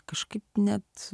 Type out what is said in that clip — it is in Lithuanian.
kažkaip net